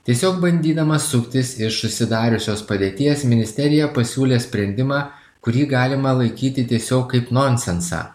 tiesiog bandydama suktis iš susidariusios padėties ministerija pasiūlė sprendimą kurį galima laikyti tiesiog kaip nonsensą